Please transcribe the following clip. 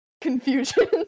confusion